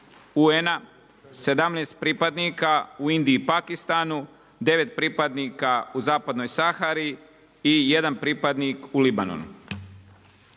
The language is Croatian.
UN-a 17 pripadnika u Indiji i Pakistanu, 9 pripadnika u zapadnoj Sahari i 1 pripadnik u Libanonu.